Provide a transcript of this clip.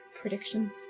predictions